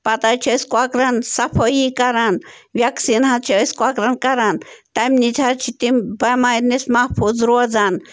پتہٕ حظ چھِ أسۍ کۄکرَن صفٲیی کران وٮ۪کسیٖن حظ چھِ أسۍ کۄکرَن کران تَمہِ نِچ حظ چھِ تِم بٮ۪مارِ نِش محفوٗظ روزان